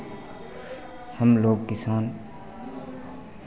हम लोग किसान